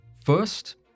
First